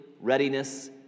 readiness